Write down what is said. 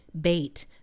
bait